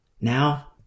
now